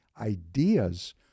ideas